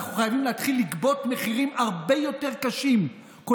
אנחנו חייבים להתחיל לגבות מחירים הרבה יותר קשים מהעבריינים,